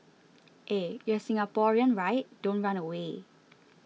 eh you're Singaporean right don't run away